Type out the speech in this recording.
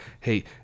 Hey